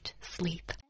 sleep